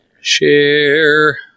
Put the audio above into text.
Share